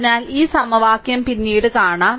അതിനാൽ ഈ സമവാക്യം പിന്നീട് കാണും